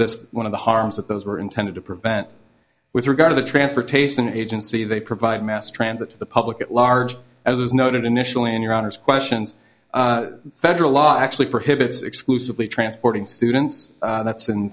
this one of the harms that those were intended to prevent with regard to transportation agency they provide mass transit to the public at large as was noted initially in your honour's questions federal law actually prohibits exclusively transporting students that's